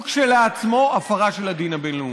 הוא כשלעצמו הפרה של הדין הבין-לאומי.